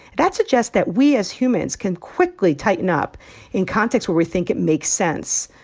that suggests that we as humans can quickly tighten up in contexts where we think it makes sense.